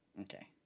Okay